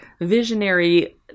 visionary